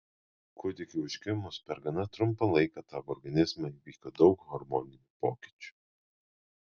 kūdikiui užgimus per gana trumpą laiką tavo organizme įvyko daug hormoninių pokyčių